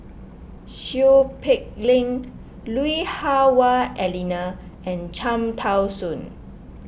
Seow Peck Leng Lui Hah Wah Elena and Cham Tao Soon